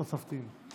תוספתיים.